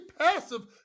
passive